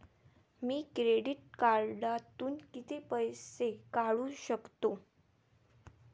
मी credit कार्डातून किती पैसे काढू शकतो?